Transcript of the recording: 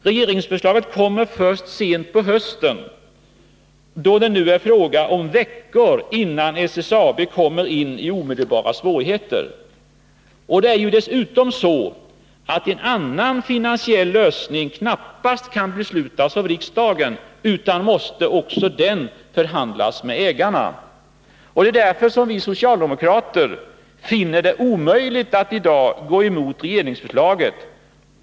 Regeringsförslaget kommer först sent på hösten, då det nu är fråga om veckor innan SSAB kommer in i omedelbara svårigheter. Det är ju dessutom så att en finansiell lösning knappast kan beslutas av riksdagen, utan också om en sådan måste förhandlas med ägarna. Det är därför som vi socialdemokrater finner det omöjligt att gå emot regeringsförslaget.